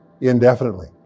indefinitely